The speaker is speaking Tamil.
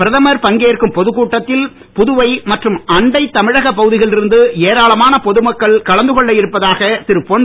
பிரதமர் பங்கேற்கும் பொதுக்கூட்டத்தில் புதுவை மற்றும் அண்டை தமிழகப் பகுதிகளில் இருந்து ஏரானமான பொதுமக்கள் கலந்துகொள்ள இருப்பதாக திருபொன்